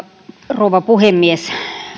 rouva puhemies